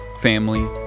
family